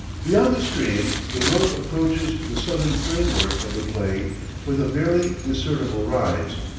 beyond the stream the road approaches the southern framework of the plain with a barely discernible rise,